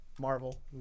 Marvel